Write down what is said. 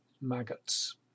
maggots